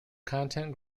content